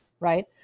right